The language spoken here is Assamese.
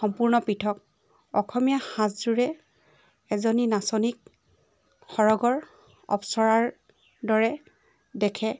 সম্পূৰ্ণ পৃথক অসমীয়া সাজযোৰে এজনী নাচনীক সৰগৰ অপেশ্বৰাৰ দৰে দেখে